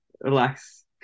relax